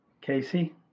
Casey